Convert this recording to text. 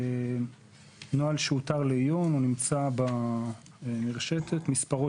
נוהל שהותר לעיון ונמצא במרשתת מספרו